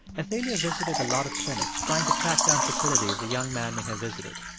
athalia visited a lot of clinics trying to track down facilities the young man may have visited.